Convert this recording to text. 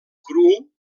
cru